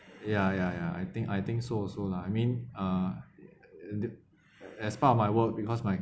ya ya ya I think I think so also lah I mean uh the as part of my work because my